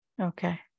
Okay